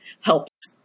helps